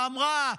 אמרה: